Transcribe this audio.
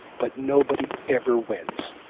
but nobody ever wins.